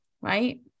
right